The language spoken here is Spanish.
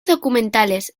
documentales